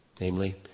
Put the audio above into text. namely